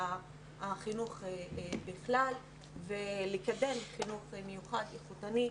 בחינוך בכלל וקידום חינוך מיוחד איכותני.